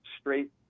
straight